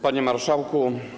Panie Marszałku!